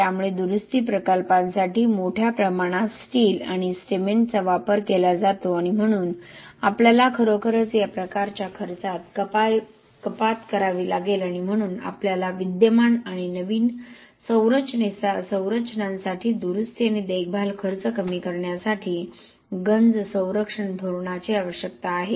त्यामुळे दुरुस्ती प्रकल्पांसाठी मोठ्या प्रमाणात स्टील आणि सिमेंटचा वापर केला जातो आणि म्हणून आपल्याला खरोखरच या प्रकारच्या खर्चात कपात करावी लागेल आणि म्हणून आपल्याला विद्यमान आणि नवीन संरचनांसाठी दुरुस्ती आणि देखभाल खर्च कमी करण्यासाठी गंज संरक्षण धोरणाची आवश्यकता आहे